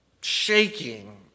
shaking